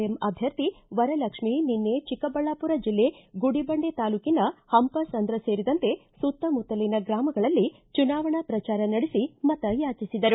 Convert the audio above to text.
M ಅಭ್ಯರ್ಥಿ ವರಲಕ್ಷ್ಮಿ ನಿನ್ನೆ ಚಿಕ್ಕಬಳ್ಳಾಪುರ ಜಿಲ್ಲೆ ಗುಡಿಬಂಡೆ ತಾಲೂಕಿನ ಹಂಪಸಂದ್ರ ಸೇರಿದಂತೆ ಸುತ್ತಮುತ್ತಲಿನ ಗ್ರಾಮಗಳಲ್ಲಿ ಚುನಾವಣಾ ಪ್ರಚಾರ ನಡೆಸಿ ಮತಯಾಚಿಸಿದರು